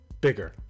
bigger